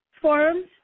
forums